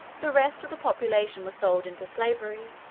the rest of the population were sold into slavery,